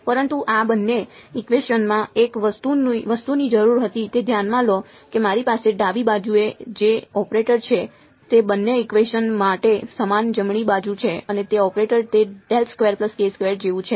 પરંતુ આ બંને ઇકવેશનમાં એક વસ્તુની જરૂર હતી તે ધ્યાનમાં લો કે મારી પાસે ડાબી બાજુએ જે ઓપરેટર છે તે બંને ઇકવેશન માટે સમાન જમણી બાજુ છે અને તે ઓપરેટર તે જેવું છે